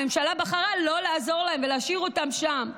הממשלה בחרה לא לעזור להם ולהשאיר אותם שם.